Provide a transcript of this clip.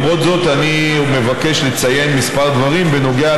למרות זאת אני מבקש לציין כמה דברים בנוגע